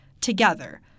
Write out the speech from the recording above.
together